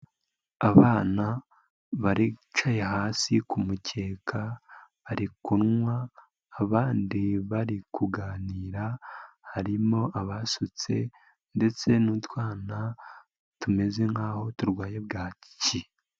Abana baricaye hasi ku kumukeka, bari kunywa, abandi bari kuganira, harimo abasutse ndetse n'utwana, tumeze nk'aho turwaye bwaki.